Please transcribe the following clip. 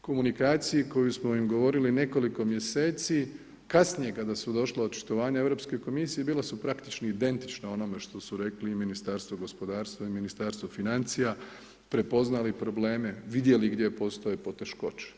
komunikaciji koju smo im govorili nekoliko mjeseci, kasnije kada su došla očitovanja Europske komisije bila su praktički identična onome što su rekli i Ministarstvu gospodarstva i Ministarstvu financija, prepoznali probleme, vidjeli gdje postoje poteškoće.